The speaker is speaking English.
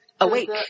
Awake